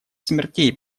смертей